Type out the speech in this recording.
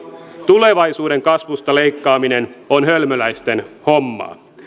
tulevaisuuden kasvusta leikkaaminen on hölmöläisten hommaa